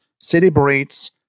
celebrates